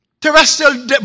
terrestrial